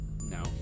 No